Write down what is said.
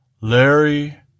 Larry